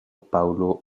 paulo